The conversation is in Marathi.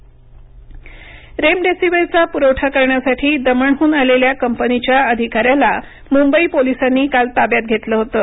देवेंद्र फडणवीस रेमडेसीवीरचा पुरवठा करण्यासाठी दमणहून आलेल्या कंपनीच्या अधिकाऱ्याला मुंबई पोलिसांनी काल ताब्यात घेतलं होतं